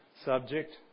Subject